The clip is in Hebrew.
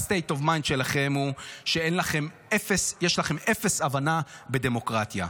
וה-state of mind שלכם הוא שיש לכם אפס הבנה בדמוקרטיה.